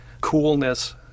coolness